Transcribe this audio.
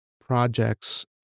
projects